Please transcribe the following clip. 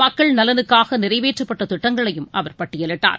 மக்கள் நலனுக்காக நிறைவேற்றப்பட்ட திட்டஙகளையும் அவர் பட்டியலிட்டார்